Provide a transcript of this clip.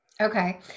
Okay